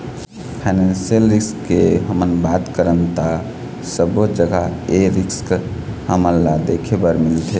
financial risk के हमन बात करन ता सब्बो जघा ए रिस्क हमन ल देखे बर मिलथे